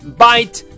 ，bite